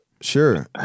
sure